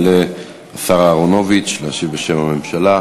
יעלה השר אהרונוביץ להשיב בשם הממשלה.